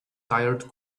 tired